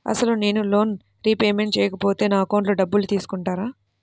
అసలు నేనూ loan repayment చేయకపోతే నా అకౌంట్లో డబ్బులు తీసుకుంటారా?